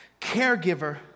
caregiver